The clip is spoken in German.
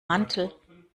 mantel